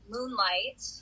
Moonlight